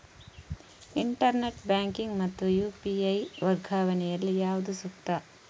Internet banking ಮತ್ತು UPI ವರ್ಗಾವಣೆ ಯಲ್ಲಿ ಯಾವುದು ಸೂಕ್ತ?